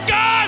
God